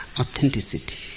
authenticity